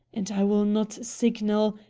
and i will not signal,